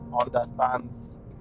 understands